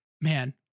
Man